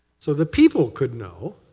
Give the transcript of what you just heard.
so the people could know.